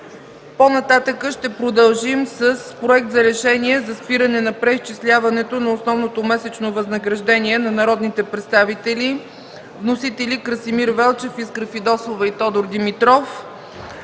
По-нататък ще продължим с Проект за решение за спиране на преизчисляването на основното месечно възнаграждение на народните представители. Вносители – Красимир Велчев, Искра Фидосова и Тодор Димитров.